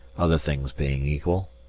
other things being equal.